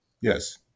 Yes